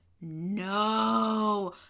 No